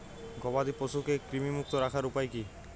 গবাদি পশুকে কৃমিমুক্ত রাখার উপায় কী?